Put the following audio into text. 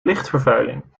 lichtvervuiling